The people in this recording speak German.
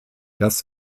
das